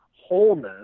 wholeness